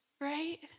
right